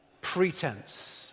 pretense